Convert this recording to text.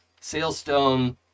Sailstone